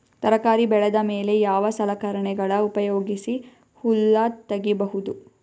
ತರಕಾರಿ ಬೆಳದ ಮೇಲೆ ಯಾವ ಸಲಕರಣೆಗಳ ಉಪಯೋಗಿಸಿ ಹುಲ್ಲ ತಗಿಬಹುದು?